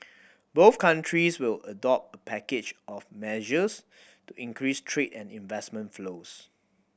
both countries will adopt a package of measures to increase trade and investment flows